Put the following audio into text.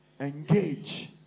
engage